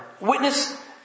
witness